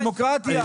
דמוקרטיה.